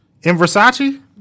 Versace